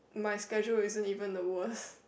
my schedule isn't even the worst